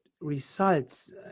results